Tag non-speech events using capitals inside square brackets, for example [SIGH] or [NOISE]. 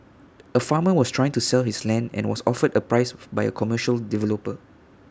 A farmer was trying to sell his land and was offered A price [NOISE] by A commercial developer